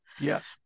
Yes